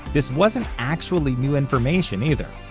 this wasn't actually new information, either.